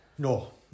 No